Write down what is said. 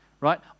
Right